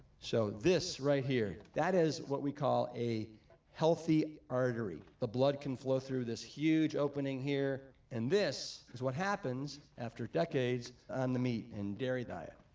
so this, right here, that is what we call a healthy artery. the blood can flow through this huge opening here. and this is what happens after decades on the meat and dairy diet.